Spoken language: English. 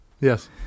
Yes